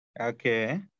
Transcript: Okay